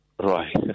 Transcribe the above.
Right